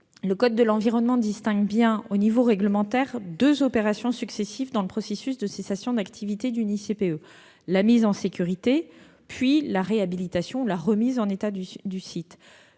le code de l'environnement distingue bien, au niveau réglementaire, deux opérations successives dans le processus de cessation d'activité d'une ICPE : la mise en sécurité, puis la réhabilitation ou la remise en état du site.